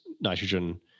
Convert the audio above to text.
nitrogen